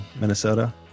Minnesota